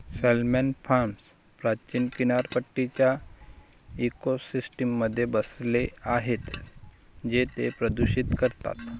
salmon farms प्राचीन किनारपट्टीच्या इकोसिस्टममध्ये बसले आहेत जे ते प्रदूषित करतात